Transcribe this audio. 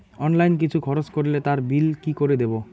Online কিছু খরচ করলে তার বিল কি করে দেবো?